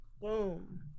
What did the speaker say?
boom